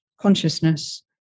consciousness